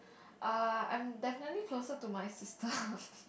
err I'm definitely closer to my sister